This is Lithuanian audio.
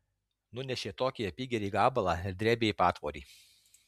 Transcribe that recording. nunešė tokį apygerį gabalą ir drėbė į patvorį